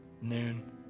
noon